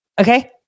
Okay